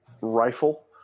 rifle